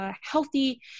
healthy